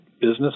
business